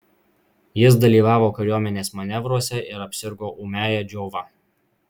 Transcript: jis dalyvavo kariuomenės manevruose ir apsirgo ūmiąja džiova